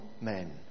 men